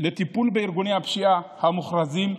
לטיפול בארגוני הפשיעה המוכרזים,